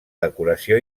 decoració